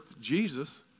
Jesus